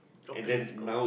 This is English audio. no place go